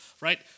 right